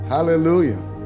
Hallelujah